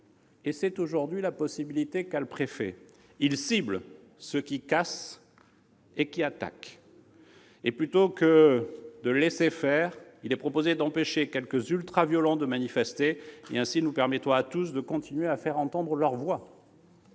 c'est, aujourd'hui, une possibilité dont dispose le préfet -, il cible ceux qui cassent et qui attaquent. Plutôt que de laisser faire, nous proposons d'empêcher quelques ultra-violents de manifester. Ainsi, nous permettons à tous de continuer à faire entendre leur voix.